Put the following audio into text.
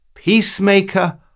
peacemaker